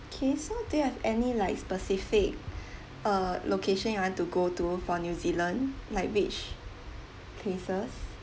okay so do you have any like specific uh location you want to go to for new zealand like which places